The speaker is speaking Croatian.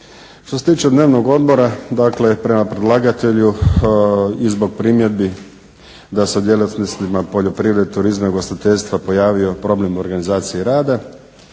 Što se tiče dnevnog odmora, dakle prema predlagatelju i zbog primjedbi da se o djelatnostima poljoprivrede, turizma i ugostiteljstva pojavio problem u organizaciji rada